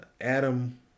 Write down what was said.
Adam